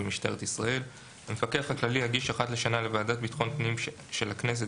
במשטרת ישראל 93ד. המפקח הכללי יגיש אחת לשנה לוועדת ביטחון הפנים של הכנסת